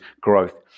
growth